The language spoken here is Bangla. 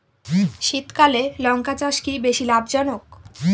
শীতকালে লঙ্কা চাষ কি বেশী লাভজনক?